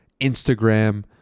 Instagram